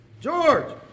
George